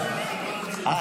להתייחס --- אה.